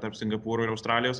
tarp singapūro ir australijos